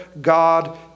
God